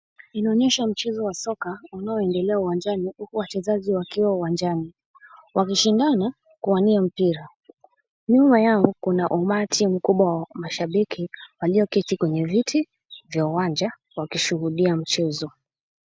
Inaonyesha mchezo wa soka unaoendelea uwanjani huku wachezaji wakiwa uwanjani. Wakishindana kuwania mpira. Nyuma yao kuna umati mkubwa wa mashabiki walioketi kwenye viti vya uwanja, wakishuhudia mchezo.